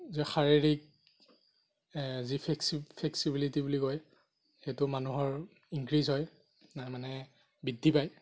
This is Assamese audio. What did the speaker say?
যি শাৰীৰিক যি ফ্লেক্সি ফ্লেক্সিবিলিটী বুলি কয় সেইটো মানুহৰ ইনক্ৰীজ হয় মানে বৃদ্ধি পায়